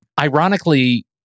ironically